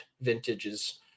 vintages